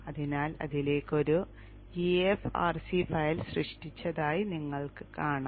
അതിനാൽ അതിലേക്ക് ഒരു gaf rc ഫയൽ സൃഷ്ടിച്ചതായി നിങ്ങൾ കാണാം